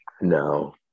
No